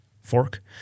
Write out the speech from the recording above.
fork